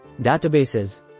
databases